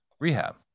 rehab